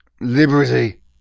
liberty